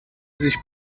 sich